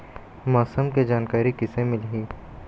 मौसम के जानकारी किसे मिलही?